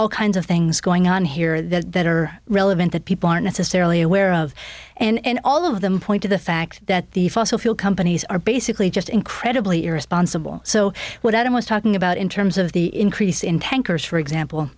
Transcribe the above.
all kinds of things going on here that are relevant that people aren't necessarily aware of and all of them point to the fact that the fossil fuel companies are basically just incredibly irresponsible so what i was talking about in terms of the increase in tankers for example